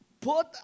put